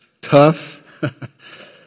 tough